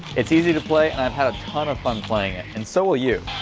it's easy to play and i've had a ton of fun playing it. and so will you!